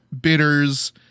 bitters